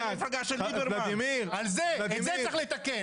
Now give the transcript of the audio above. את זה צריך לתקן.